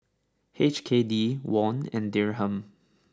H K D Won and Dirham